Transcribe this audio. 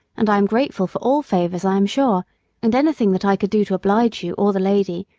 and i am grateful for all favors, i am sure and anything that i could do to oblige you, or the lady,